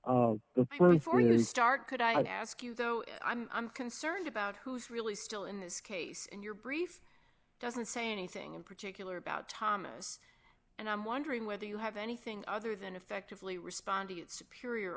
st really start could i ask you though i'm concerned about who's really still in this case and your brief doesn't say anything in particular about thomas and i'm wondering whether you have anything other than effectively responding superior